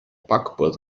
backbord